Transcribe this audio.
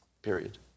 Period